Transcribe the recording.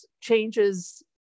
changes